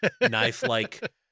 knife-like